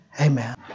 Amen